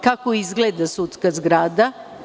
Kako izgleda sudska zgrada.